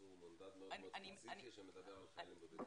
הוא מנדט מאוד ספציפי שמדבר על חיילים בודדים.